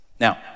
Now